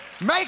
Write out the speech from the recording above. Make